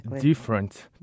different